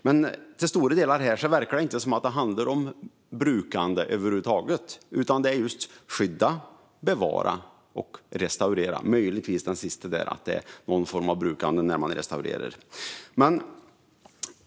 Men till stora delar verkar det inte som att det över huvud taget handlar om brukande här, utan det handlar om just att skydda, bevara och restaurera. Möjligtvis ingår det någon form av brukande när man restaurerar.